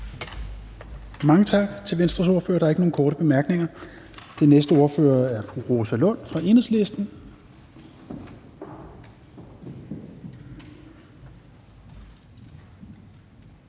Mange tak til Venstres ordfører. Der er ikke nogen korte bemærkninger. Og den næste ordfører er fru Rosa Lund fra Enhedslisten.